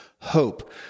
hope